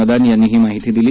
मदान यांनी ही माहिती दिली